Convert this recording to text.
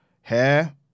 hair